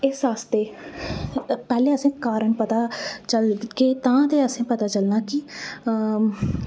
ते इस आस्तै पैह्लें असें ई कारण पता चलना ते तां गै असेंगी